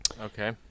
Okay